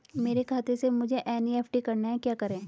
मेरे खाते से मुझे एन.ई.एफ.टी करना है क्या करें?